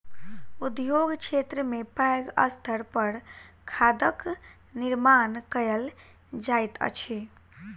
उद्योग क्षेत्र में पैघ स्तर पर खादक निर्माण कयल जाइत अछि